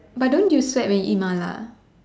but don't you sweat when you eat mala